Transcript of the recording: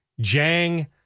Jang